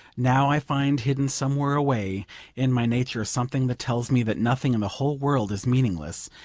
now i find hidden somewhere away in my nature something that tells me that nothing in the whole world is meaningless,